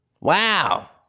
Wow